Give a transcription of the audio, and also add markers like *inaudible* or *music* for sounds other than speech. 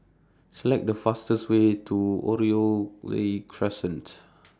Select The fastest Way to Oriole Crescents *noise*